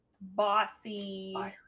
bossy